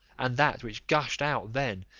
and that which gushed out then,